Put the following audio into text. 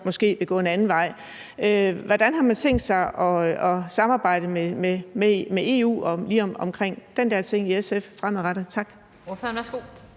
måske vil gå en anden vej. Hvordan har man i SF tænkt sig fremadrettet at samarbejde med EU lige omkring den der ting?